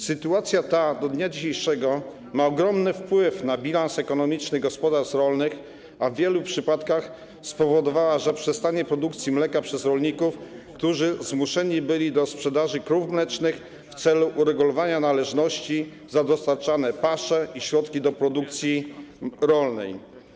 Sytuacja ta do dnia dzisiejszego ma ogromny wpływ na bilans ekonomiczny gospodarstw rolnych, a w wielu przypadkach spowodowała zaprzestanie produkcji mleka przez rolników, którzy zmuszeni byli do sprzedaży krów mlecznych w celu uregulowania należności za dostarczane pasze i środki do produkcji rolnej.